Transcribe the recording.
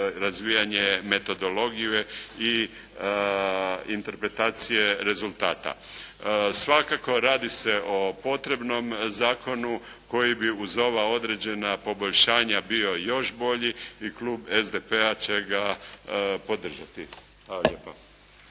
razvijanje metodologije i interpretacije rezultata. Svakako, radi se o potrebnom zakonu koji bi uz ova određena poboljšanja bio još bolji i klub SDP-a će ga podržati.